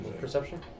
Perception